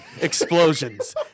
Explosions